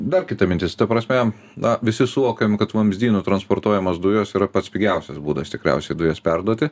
dar kita mintis ta prasme na visi suvokiam kad vamzdynu transportuojamos dujos yra pats pigiausias būdas tikriausiai dujas perduoti